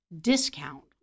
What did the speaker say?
discount